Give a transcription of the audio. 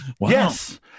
Yes